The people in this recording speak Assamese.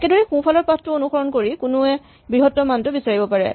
একেদৰেই সোঁফালৰ পাথ টো অনুসৰণ কৰি কোনোৱে বৃহত্তম মানটো বিচাৰিব পাৰে